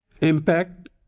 impact